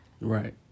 Right